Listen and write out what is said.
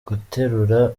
guterura